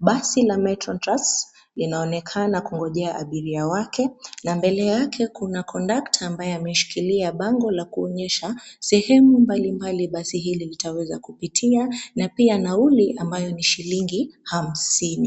basi la Metro Trans , linaonekana kungojea abiria wake, na mbele yake kuna kondukta ambaye ameshikilia bango la kuonyesha, sehemu mbalimbali basi hili litaweza kupitia na pia nauli ambayo ni shilingi, hamsini.